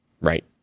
Right